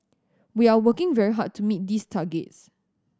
we are working very hard to meet these targets